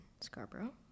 Scarborough